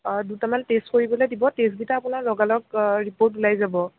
অঁ দুটামান টেষ্ট কৰিবলৈ দিব টেষ্ট দুটা আপোনাৰ লগালগ ৰিপৰ্ট ওলাই যাব